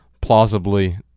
plausibly